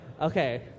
okay